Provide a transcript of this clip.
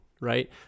right